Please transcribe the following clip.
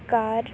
ਕਰ